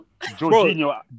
Jorginho